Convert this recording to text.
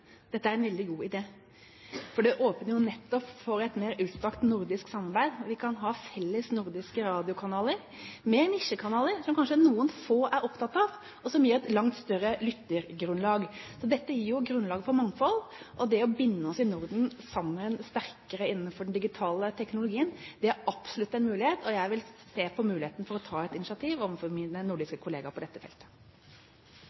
Dette er en veldig god idé. Det åpner jo nettopp for et mer utstrakt nordisk samarbeid. Vi kan ha felles nordiske radiokanaler – med nisjekanaler som kanskje noen få er opptatt av, som gir et langt større lyttergrunnlag. Dette gir jo grunnlag for mangfold. Det å binde oss sterkere sammen i Norden innenfor den digitale teknologien er absolutt en mulighet. Jeg vil se på muligheten for å ta et initiativ overfor mine nordiske